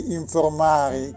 informare